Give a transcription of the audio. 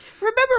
Remember